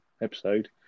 episode